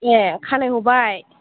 ए खानाय ह'बाय